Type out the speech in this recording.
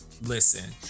listen